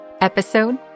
Episode